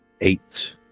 eight